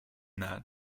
that